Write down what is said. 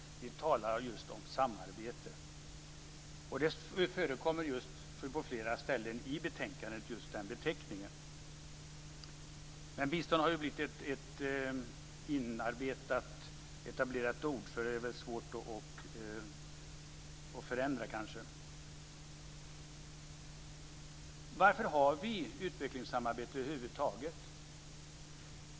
Vi talar just om samarbete. Just den beteckningen förekommer på flera ställen i betänkandet. Men bistånd har ju blivit ett inarbetat och etablerat ord, så det är kanske svårt att förändra. Varför har vi utvecklingssamarbete över huvud taget?